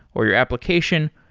or your application,